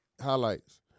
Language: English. highlights